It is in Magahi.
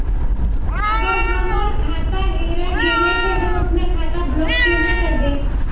अगर हमर खाता हेरा गेले ते हम अपन खाता ब्लॉक केना करबे?